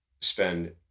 spend